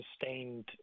sustained